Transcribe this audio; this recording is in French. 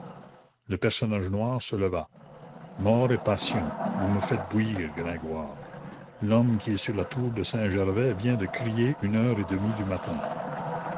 le personnage noir se leva mort et passion vous me faites bouillir gringoire l'homme qui est sur la tour de saint-gervais vient de crier une heure et demie du matin